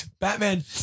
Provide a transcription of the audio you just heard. Batman